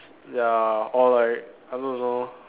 ya or like I don't know